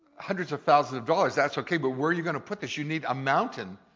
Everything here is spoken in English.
hundreds of thousands of dollars. that's okay, but where are you gonna put this? you need a mountain,